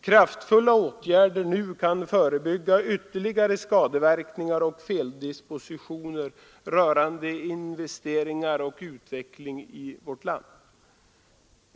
Kraftfulla åtgärder nu kan förebygga ytterligare skadeverkningar och feldispositioner rörande investeringar och utveckling i vårt land.